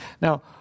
Now